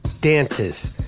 dances